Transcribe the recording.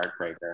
heartbreaker